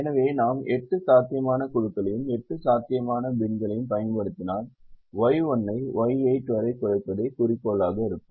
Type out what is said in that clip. எனவே நாம் 8 சாத்தியமான குழுக்களையும் 8 சாத்தியமான பின்களையும் பயன்படுத்தினால் Y1 ஐ Y8 வரை குறைப்பதே குறிக்கோளாக இருக்கும்